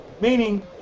meaning